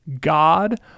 God